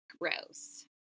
Gross